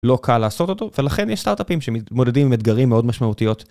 לא קל לעשות אותו, ולכן יש סטארט-אפים שמתמודדים עם אתגרים מאוד משמעותיות.